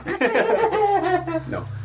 No